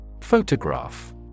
Photograph